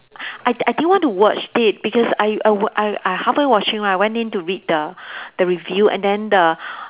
I I didn't want to watch it because I I were I I halfway watching right I went in to read the the review and then the